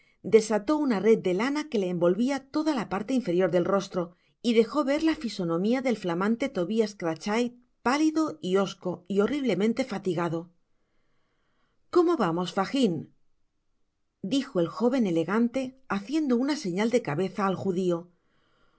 desató una red de lana que le envolvia toda la parte inferior del rostro y dejo ver la fisonomia del flamante tobias crachit pálido hosco y horriblemente fatigado cómo vamos fagin dijo el joven elegante haciendo una señal de cabeza al judio